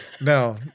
No